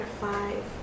five